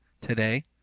today